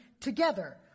together